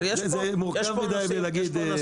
זה מורכב מדי כדי להגיד.